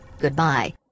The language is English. Goodbye